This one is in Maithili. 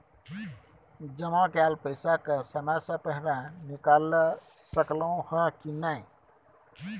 जमा कैल पैसा के समय से पहिले निकाल सकलौं ह की नय?